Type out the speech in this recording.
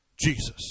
Jesus